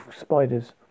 spiders